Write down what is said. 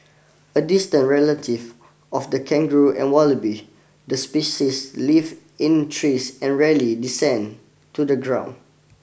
a distant relative of the kangaroo and wallaby the species lives in trees and rarely descend to the ground